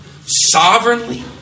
sovereignly